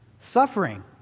suffering